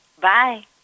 Bye